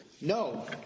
No